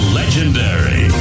legendary